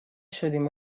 شدیم